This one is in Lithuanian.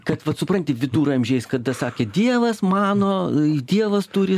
kad vat supranti viduramžiais kada sakė dievas mano dievas turi